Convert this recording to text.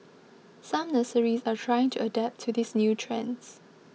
some nurseries are trying to adapt to these new trends